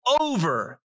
over